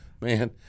Man